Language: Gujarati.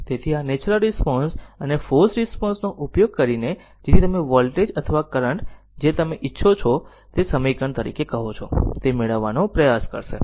તેથી આ નેચરલ રિસ્પોન્સ અને ફોર્સ્ડ રિસ્પોન્સ નો ઉપયોગ કરીને જેથી તમે વોલ્ટેજ અથવા કરંટ જે તમે ઇચ્છો તે સમીકરણ તરીકે કહો તે મેળવવાનો પ્રયાસ કરશે